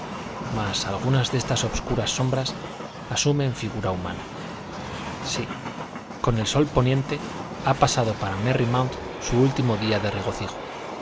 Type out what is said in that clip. mas algunas de estas obscuras sombras asumen figura humana sí con el sol poniente ha pasado para merry mount su último día de regocijo